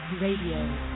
Radio